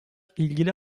ilgili